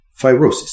fibrosis